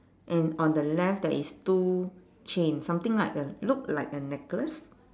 and on the left there is two chain something like a look like a necklace